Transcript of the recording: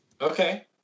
Okay